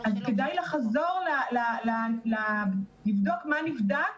כדאי לחזור ולבדוק מה נבדק